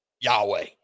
Yahweh